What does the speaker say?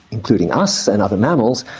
including us and other mammals,